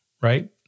right